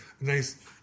nice